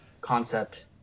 concept